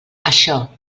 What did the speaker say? això